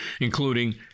including